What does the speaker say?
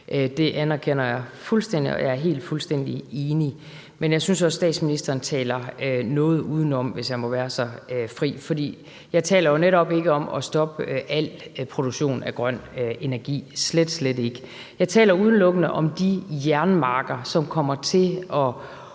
Det anerkender jeg fuldstændig, og jeg er helt enig. Men jeg synes også, at statsministeren taler noget udenom, hvis jeg må være så fri. For jeg taler netop ikke om at stoppe al produktion af grøn energi – slet, slet ikke. Jeg taler udelukkende om de jernmarker, som kommer til at